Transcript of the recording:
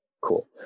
cool